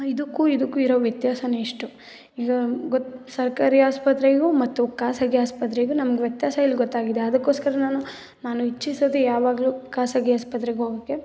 ಇದಕ್ಕು ಇದಕ್ಕು ಇರೊ ವ್ಯತ್ಯಾಸವೇ ಇಷ್ಟು ಈಗ ಗೊತ್ತು ಸರ್ಕಾರಿ ಆಸ್ಪತ್ರೆಗು ಮತ್ತು ಖಾಸಗಿ ಆಸ್ಪತ್ರೆಗು ನಮ್ಗೆ ವ್ಯತ್ಯಾಸ ಇಲ್ಲಿ ಗೊತ್ತಾಗಿದೆ ಅದಕೋಸ್ಕರ ನಾನು ನಾನು ಇಚ್ಛಿಸೋದೆ ಯಾವಾಗಲು ಖಾಸಗಿ ಆಸ್ಪತ್ರೆಗೆ ಹೋಗೋಕ್ಕೆ